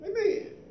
Amen